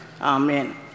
Amen